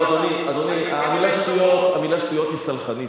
אדוני, המלה שטויות היא סלחנית.